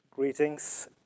Greetings